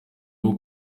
rwo